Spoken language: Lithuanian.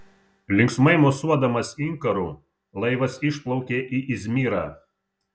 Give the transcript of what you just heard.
linksmai mosuodamas inkaru laivas išplaukė į izmirą